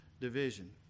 division